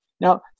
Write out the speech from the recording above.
Now